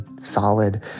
solid